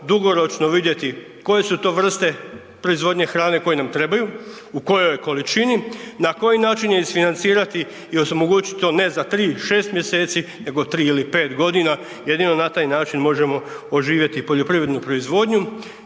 dugoročno vidjeti koje su to vrste proizvodnje hrane koje nam trebaju, u kojoj količini, na koji način je isfinancirati i omogućiti to ne za 3, 6 mj., nego 3 ili 5 g., jedino na taj način možemo oživjeti poljoprivrednu proizvodnju